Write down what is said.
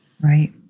right